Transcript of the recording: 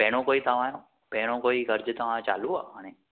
पहिरियों कोई तव्हां पहिरियों कोई कर्ज़ु तव्हांजो चालू आहे हाणे